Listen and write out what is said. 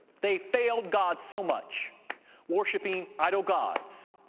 they failed god so much worshiping idol gods,